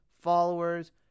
followers